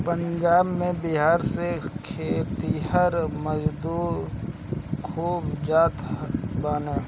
पंजाब में बिहार से खेतिहर मजूर खूब जात बाने